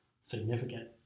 significant